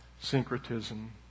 syncretism